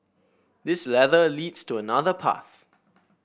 this ladder leads to another path